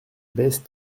baisse